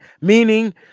meaning